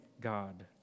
God